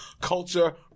Culture